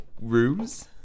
rooms